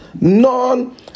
none